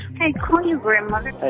hey, call your grandmother ah